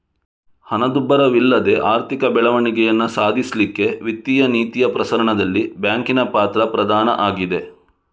ಹಣದುಬ್ಬರವಿಲ್ಲದೆ ಆರ್ಥಿಕ ಬೆಳವಣಿಗೆಯನ್ನ ಸಾಧಿಸ್ಲಿಕ್ಕೆ ವಿತ್ತೀಯ ನೀತಿಯ ಪ್ರಸರಣದಲ್ಲಿ ಬ್ಯಾಂಕಿನ ಪಾತ್ರ ಪ್ರಧಾನ ಆಗಿದೆ